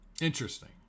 Interesting